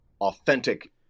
authentic